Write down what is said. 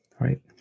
right